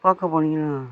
பார்க்கப் போனிங்கன்னா